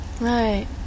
right